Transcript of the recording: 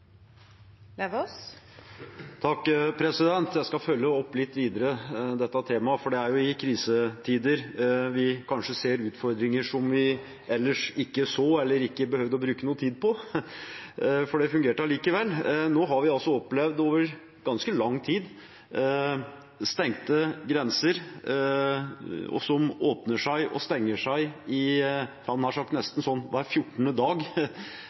i krisetider vi ser utfordringer som vi ellers kanskje ikke så eller behøvde bruke noe tid på, fordi det fungerte allikevel. Nå har vi over ganske lang tid opplevd stengte grenser som åpner og stenger – fram og tilbake – nesten hver fjortende dag.